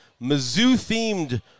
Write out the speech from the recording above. Mizzou-themed